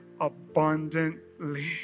abundantly